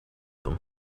them